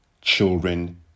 children